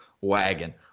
wagon